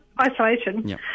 isolation